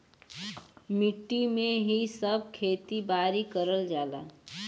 मट्टी में ही सब खेती बारी करल जाला